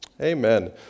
Amen